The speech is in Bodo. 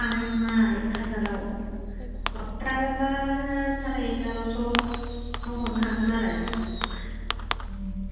हानाय नङा एक हाजाराव हरथारोब्ला साराइ एगार'स'फ्राव हरनो हागोन आरो